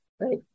right